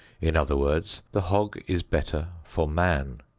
in other words the hog is better for man.